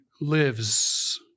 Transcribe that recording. lives